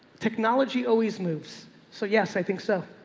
technology always moves. so yes, i think so.